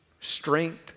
strength